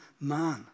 man